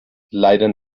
leider